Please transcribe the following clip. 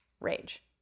rage